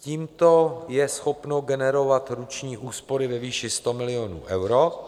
Tímto je schopno generovat roční úspory ve výši 100 milionů eur.